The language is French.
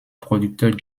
producteur